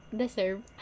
deserve